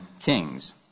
kings